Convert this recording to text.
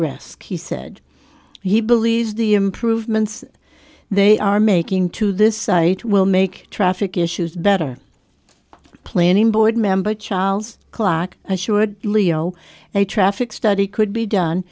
risk he said he believes the improvements they are making to this site will make traffic issues better planning board member child's clock leo a traffic study could be done